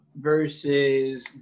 versus